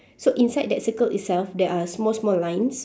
so inside that circle itself there are small small lines